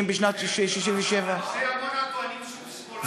משנת 1967. אבל אנשי עמונה טוענים שהוא שמאלן עכשיו.